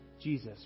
Jesus